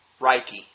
Reiki